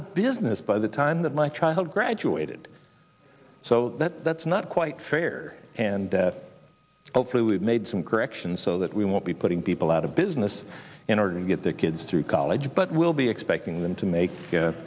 of business by the time that my child graduated so that's not quite fair and hopefully we've made some corrections so that we won't be putting people out of business in order to get their kids through college but we'll be expecting them to make